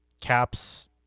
Cap's